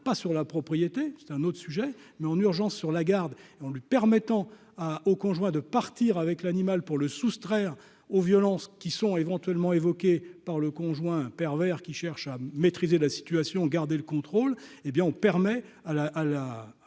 pas sur la propriété, c'est un autre sujet, mais en urgence sur la garde, on lui permettant à au conjoint de partir avec l'animal pour le soustraire aux violences qui sont éventuellement évoquée par le conjoint pervers qui cherche à maîtriser la situation, garder le contrôle, hé bien on permet à la